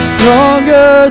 Stronger